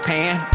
Pan